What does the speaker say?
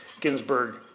Ginsburg